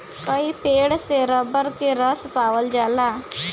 कई पेड़ से रबर के रस पावल जाला